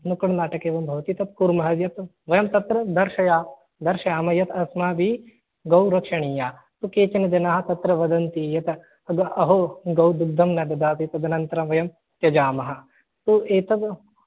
मुकं नाटकमेवं भवति तत् कुर्मः यत् वयं तत्र दर्शया दर्शयामः यत् अस्माभिः गौ रक्षणीया तु केचन जनाः तत्र वदन्ति यत् अहो गौ दुग्धं न ददाति तदनन्तरं वयं त्यजामः तु एतत्